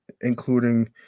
including